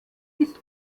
ist